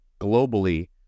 globally